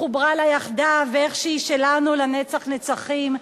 חוברה לה יחדיו ואיך היא שלנו לנצח נצחים.